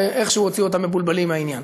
ואיכשהו הוציאו אותם מבולבלים מעניין.